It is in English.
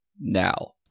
now